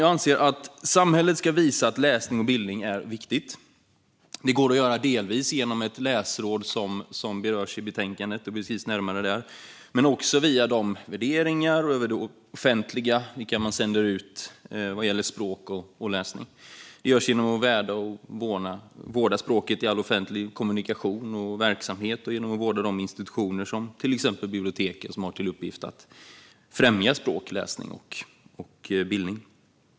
Jag anser att samhället ska visa att läsning och bildning är viktigt. Det går att göra genom ett läsråd, som berörs i betänkandet, men det kan också ske via de värderingar som sänds ut i det offentliga om språk och läsning. Det görs genom att värna och vårda språket i all offentlig kommunikation och verksamhet samt genom att vårda de institutioner, till exempel bibliotek, som har till uppgift att främja språk, läsning och bildning.